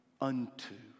unto